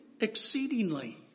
exceedingly